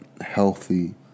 healthy